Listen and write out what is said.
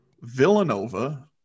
Villanova